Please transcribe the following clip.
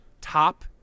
top